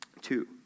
Two